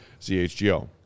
CHGO